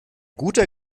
guter